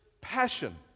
passion